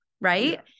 right